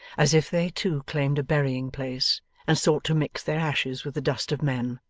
as if they too claimed a burying-place and sought to mix their ashes with the dust of men.